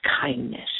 kindness